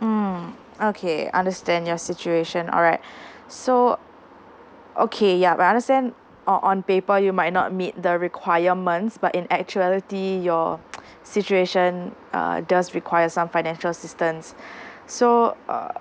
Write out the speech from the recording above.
mm okay understand your situation alright so okay yup I understand or on paper you might not meet the requirements but in actuality your situation err does require some financial assistance so err